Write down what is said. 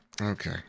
Okay